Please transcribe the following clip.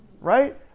right